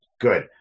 good